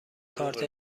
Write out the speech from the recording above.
کارت